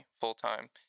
full-time